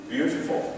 Beautiful